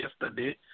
yesterday